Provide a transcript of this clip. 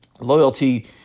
loyalty